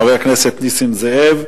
חבר הכנסת נסים זאב.